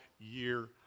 year